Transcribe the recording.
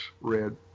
red